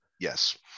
Yes